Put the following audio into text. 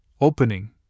opening